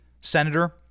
senator